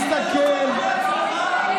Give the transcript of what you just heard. אתה מאמין לעצמך?